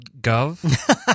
gov